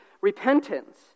repentance